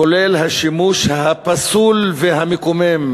כולל השימוש הפסול והמקומם,